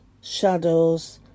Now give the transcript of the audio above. shadows